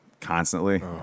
constantly